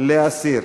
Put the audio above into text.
להסיר.